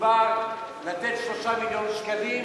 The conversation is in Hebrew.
שדובר לתת 3 מיליון שקלים.